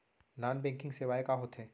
Non banking सेवाएं का होथे?